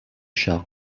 shell